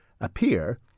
appear